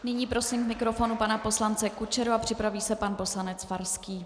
Nyní prosím k mikrofonu pana poslance Kučeru a připraví se pan poslanec Farský.